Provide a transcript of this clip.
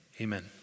Amen